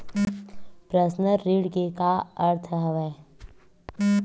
Personal ऋण के का अर्थ हवय?